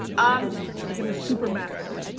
um like in the super macro,